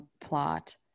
plot